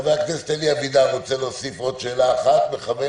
חבר הכנסת אלי אבידר רוצה להוסיף עוד שאלה אחת מכוונת.